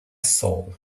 soul